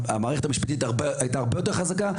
המערכת המשפטית הייתה הרבה יותר חזקה,